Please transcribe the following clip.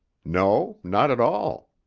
no, not at all.